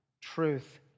truth